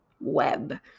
web